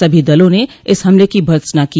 सभी दलों ने इस हमले की भत्सना की